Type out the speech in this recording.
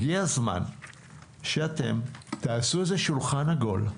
הגיע הזמן שאתם תעשו איזה שולחן עגול,